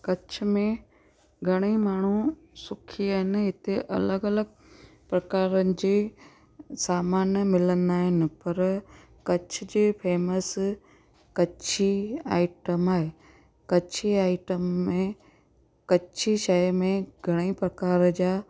कच्छ में घणेई माण्हू सुखी आहिनि इते अलॻि अलॻि प्रकारनि जे सामान मिलंदा आहिनि पर कच्छ जे फेमस कच्छी आइटम आहे कच्छी आइटम में कच्छी शइ में घणेई प्रकार जा